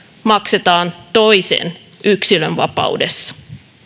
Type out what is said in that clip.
maksetaan toisen yksilönvapaudessa